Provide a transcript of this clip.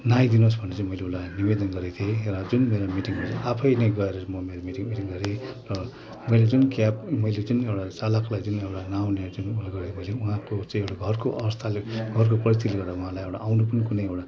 न आइदिनु होस् भनेर चाहिँ मैले एउटा निवेदन गरेको थिएँ र जुन मेरो मिटिङमा चाहिँ आफै नै गएर म मेरो मिटिङ पनि गरेँ र मैले जुन क्याब मैले जुन एउटा चालकलाई जुन एउटा न आउने जुन जुन उहाँको चाहिँ एउटा घरको अवस्थाले पनि घरको परिस्थितिले गर्दा उहाँलाई एउटा आउनु पनि कुनै एउटा